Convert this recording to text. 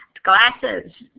glasses.